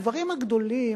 הדברים הגדולים,